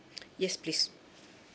yes please